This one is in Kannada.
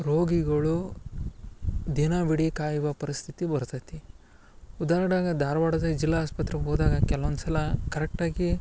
ರೋಗಿಗಳು ದಿನವಿಡಿ ಕಾಯುವ ಪರಿಸ್ಥಿತಿ ಬರ್ತೈತಿ ಉದಾಹರಣೆಗೆ ಧಾರವಾಡ ಜಿಲ್ಲಾ ಆಸ್ಪತ್ರೆಗೆ ಹೋದಾಗ ಕೆಲ್ವೊಂದ್ಸಲ ಕರೆಕ್ಟ್ ಆಗಿ